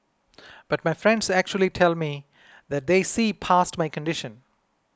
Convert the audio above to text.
but my friends actually tell me that they see past my condition